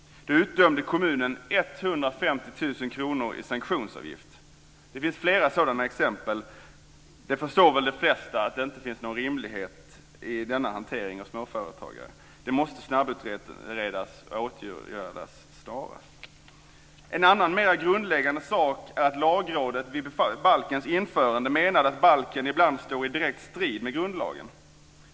Då utdömde kommunen 150 000 kr i sanktionsavgift. Det finns flera sådana exempel. Det förstår väl de flesta att det inte finns någon rimlighet i denna hantering av småföretagare. Detta måste snabbutredas och åtgärdas snarast. En annan mer grundläggande sak är att Lagrådet vid balkens införande menade att balken ibland står i direkt strid med grundlagen.